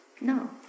No